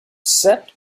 sept